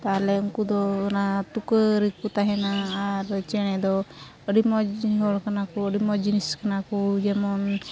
ᱛᱟᱦᱚᱞᱮ ᱩᱱᱠᱚᱫᱚ ᱚᱱᱟ ᱛᱩᱠᱟᱹᱨᱮᱠᱚ ᱛᱟᱦᱮᱱᱟ ᱟᱨ ᱪᱮᱬᱮᱫᱚ ᱟᱹᱰᱤ ᱢᱚᱡᱽ ᱦᱚᱲ ᱠᱟᱱᱟᱠᱚ ᱟᱹᱰᱤ ᱢᱚᱡᱽ ᱡᱤᱱᱤᱥ ᱠᱟᱱᱟᱠᱚ ᱡᱮᱢᱚᱱ